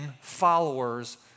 followers